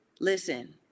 listen